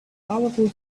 powerful